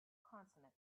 consonant